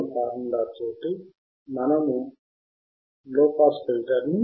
కాబట్టి మనం మరొక ఉదాహరణ తీసుకుందాం